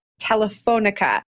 Telefonica